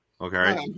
Okay